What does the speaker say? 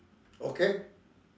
okay